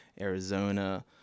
Arizona